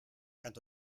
quand